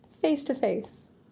face-to-face